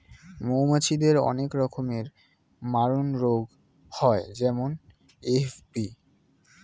মৌমাছিদের অনেক রকমের মারণরোগ হয় যেমন এ.এফ.বি